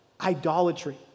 Idolatry